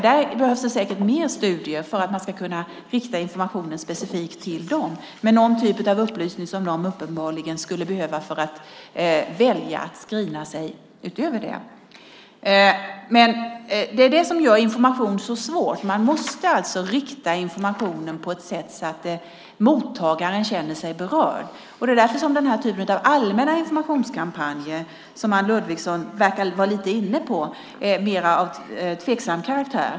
Där behövs säkert mer studier för att kunna rikta informationen specifikt till dem med någon typ av upplysning som de uppenbarligen behöver för att välja att screena sig. Det är detta som gör information så svårt. Man måste rikta informationen på ett sätt så att mottagaren känner sig berörd. Det är därför den typen av allmänna informationskampanjer som Anne Ludvigsson verkar vara inne på är mer tveksamma.